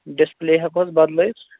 display ہٮ۪کہوس بَدلٲوِتھ